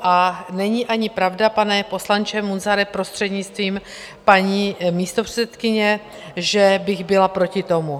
A není ani pravda, pane poslanče Munzare, prostřednictvím paní místopředsedkyně, že bych byla proti tomu.